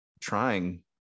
trying